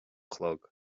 chlog